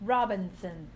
Robinson